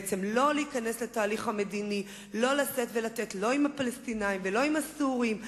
לא להיכנס לתהליך המדיני ולא לשאת ולתת עם הפלסטינים ולא עם הסורים,